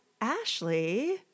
Ashley